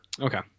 Okay